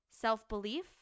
Self-belief